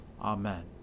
Amen